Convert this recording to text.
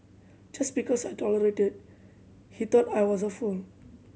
just because I tolerated he thought I was a fool